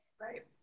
right